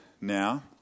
now